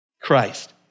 Christ